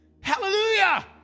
Hallelujah